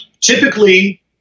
Typically